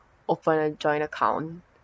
open a joint account